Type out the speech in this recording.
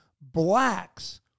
blacks